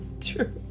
True